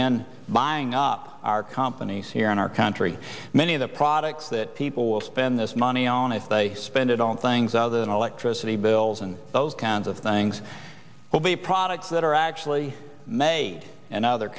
in buying up our companies here in our country many of the products that people will spend this money on if they spend it on things other than electricity bills and those kinds of things will be products that are actually made in other